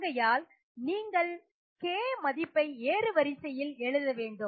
ஆகையால் நீங்கள் K மதிப்பை ஏறு வரிசையில் எழுத வேண்டும்